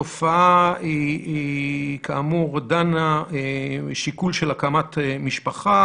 התופעה כאמור דנה בשיקול של הקמת משפחה,